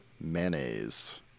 mayonnaise